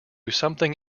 something